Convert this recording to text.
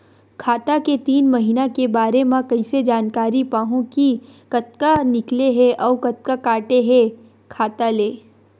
खाता के तीन महिना के बारे मा कइसे जानकारी पाहूं कि कतका निकले हे अउ कतका काटे हे खाता ले?